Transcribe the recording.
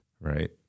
right